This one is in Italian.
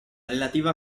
relativa